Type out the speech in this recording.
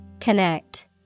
Connect